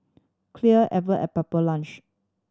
Clear and Pepper Lunch